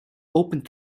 opened